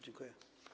Dziękuję.